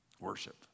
Worship